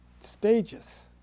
stages